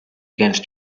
against